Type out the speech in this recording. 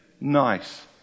nice